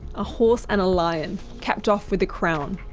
a horse and a lion, capped off with a crown.